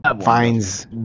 finds